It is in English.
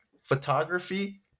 Photography